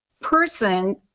person